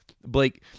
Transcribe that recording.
Blake